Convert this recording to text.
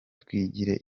twigirire